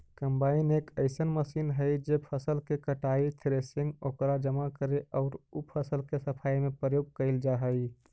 combine एक अइसन machine हई जे फसल के कटाई, थ्रेसिंग, ओकरा जमा करे औउर उ फसल के सफाई में प्रयोग कईल जा हई